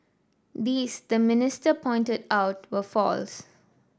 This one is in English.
these the minister pointed out were false